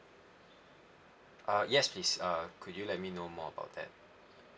uh yes please um could you let me know more about that